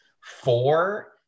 four